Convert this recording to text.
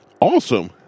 Awesome